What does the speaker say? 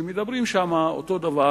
שמדברים שם אותו דבר,